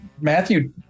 matthew